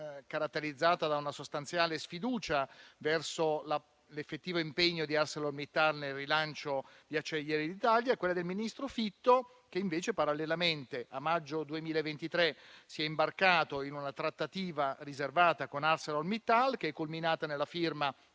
caratterizzata da una sostanziale sfiducia verso l'effettivo impegno di ArcelorMittal nel rilancio di Acciaierie d'Italia, e quella del ministro Fitto, che invece, parallelamente, a maggio 2023 si è imbarcato in una trattativa riservata con ArcelorMittal, che è culminata nella firma